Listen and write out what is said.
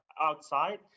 outside